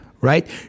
right